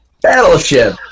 Battleship